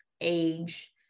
age